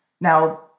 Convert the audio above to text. Now